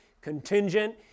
contingent